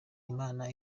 imana